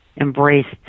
embraced